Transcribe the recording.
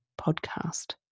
podcast